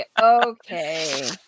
okay